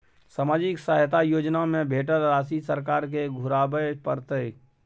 सामाजिक सहायता योजना में भेटल राशि सरकार के घुराबै परतै?